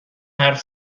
حرف